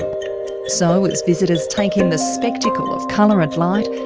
so as visitors take in the spectacle of colour and light,